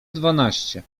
dwanaście